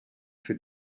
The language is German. für